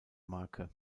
marke